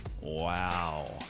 Wow